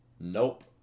Nope